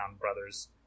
brothers